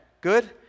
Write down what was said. good